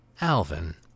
alvin